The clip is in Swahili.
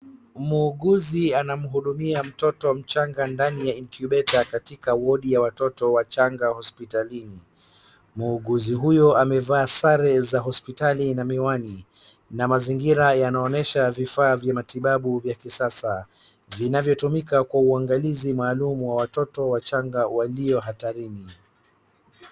Muuguzi anamhudumia mtoto mchanga ndani ya incubator katika wodi ya watoto wachanga hospitalini. Muuguzi huyo amevaa sare za hospitali na miwani na mazingira yanaonyesha vifaa vya matibabu ya kisasa vinavyotumika kwa uangalizi maalum wa watoto wachanga walio hatarini.